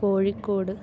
Kozhikode